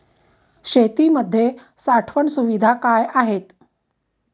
शेतीमध्ये साठवण सुविधा काय आहेत?